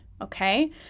okay